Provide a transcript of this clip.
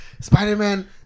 spider-man